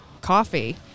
coffee